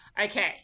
Okay